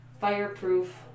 fireproof